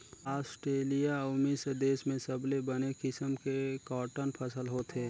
Australia अउ मिस्र देस में सबले बने किसम के कॉटन फसल होथे